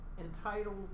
entitled